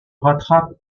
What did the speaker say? rattrape